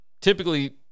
typically